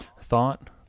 thought-